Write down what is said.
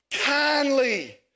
kindly